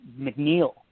McNeil